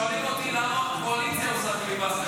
שואלים אותי למה קואליציה עושה פיליבסטר,